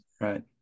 Right